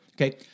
Okay